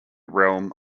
realm